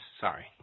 Sorry